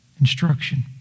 instruction